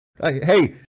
hey